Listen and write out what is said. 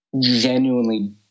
genuinely